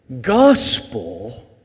gospel